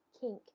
kink